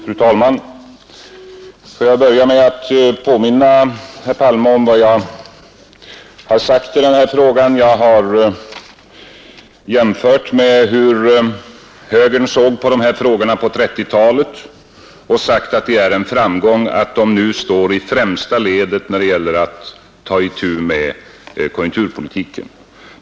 Fru talman! Får jag börja med att påminna herr Palme om vad jag har sagt i denna fråga. Jag har jämfört hur högern såg på dessa frågor på 1930-talet och hur man ser på dem nu och sagt att det är en framgång att moderata samlingspartiet nu är med i främsta ledet när det gäller att ta itu med konjunkturpolitiken.